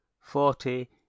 forty